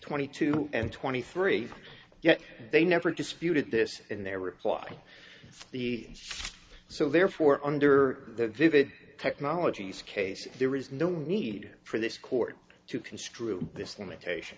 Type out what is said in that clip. twenty two and twenty three yet they never disputed this in their reply the so therefore under the vivid technologies case there is no need for this court to construe this limitation